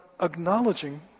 acknowledging